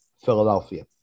Philadelphia